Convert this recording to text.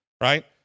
Right